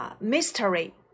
mystery